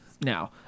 now